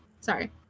sorry